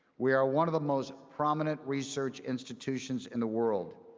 we are one of the most prominent research institutions in the world.